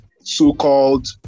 so-called